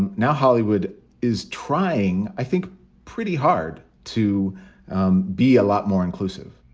and now, hollywood is trying, i think, pretty hard to um be a lot more inclusive